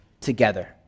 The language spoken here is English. together